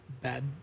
bad